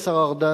השר ארדן,